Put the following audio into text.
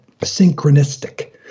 synchronistic